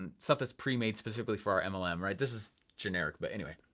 and stuff that's pre-made specifically for our mlm, right? this is generic, but anyway.